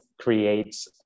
creates